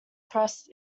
press